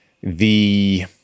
the-